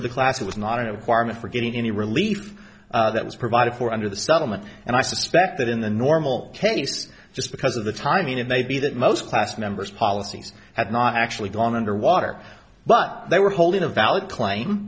of the class it was not a requirement for getting any relief that was provided for under the settlement and i suspect that in the normal case just because of the timing it may be that most class members policies have not actually gone under water but they were holding a valid claim